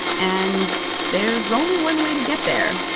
and there's only one way to get there.